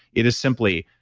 it is simply,